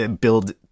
build